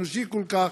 אנושי כל כך,